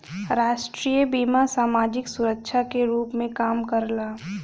राष्ट्रीय बीमा समाजिक सुरक्षा के रूप में काम करला